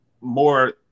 more